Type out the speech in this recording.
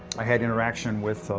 i had interaction with,